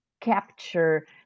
capture